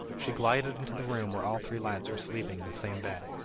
she glided into the room where all three lads were sleeping in the same bed.